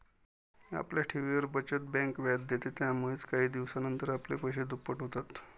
आपल्या ठेवींवर, बचत बँक व्याज देते, यामुळेच काही दिवसानंतर आपले पैसे दुप्पट होतात